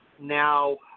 Now